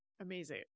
Amazing